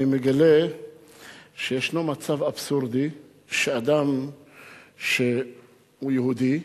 אני מגלה שישנו מצב אבסורדי שאדם שהוא יהודי,